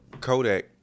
Kodak